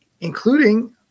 including